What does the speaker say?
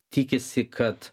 tikisi kad